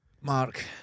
Mark